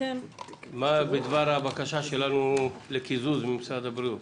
מה בדבר הבקשה שלנו לקיזוז ממשרד הבריאות?